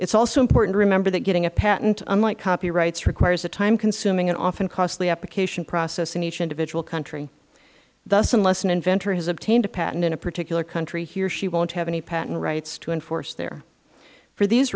is also important to remember that getting a patent unlike copyrights requires a time consuming and often costly application process in each individual country thus unless an inventor has obtained a patent in a particular country he or she won't have any patent rights to enforce there for these